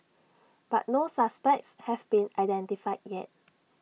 but no suspects have been identified yet